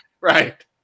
Right